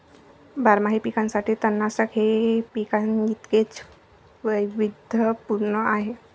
बारमाही पिकांसाठी तणनाशक हे पिकांइतकेच वैविध्यपूर्ण आहे